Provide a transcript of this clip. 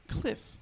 Cliff